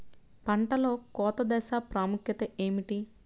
పంటలో కోత దశ ప్రాముఖ్యత ఏమిటి?